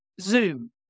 Zoom